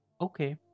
Okay